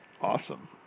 awesome